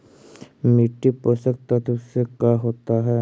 मिट्टी पोषक तत्त्व से का होता है?